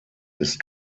ist